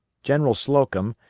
general slocum,